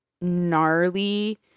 gnarly